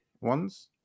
ones